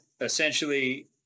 essentially